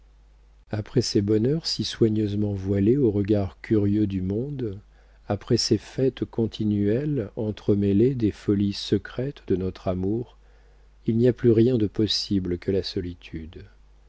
après ces bonheurs si soigneusement voilés aux regards curieux du monde après ces fêtes continuelles entremêlées des folies secrètes de notre amour il n'y a plus rien de possible que la solitude